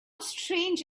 strange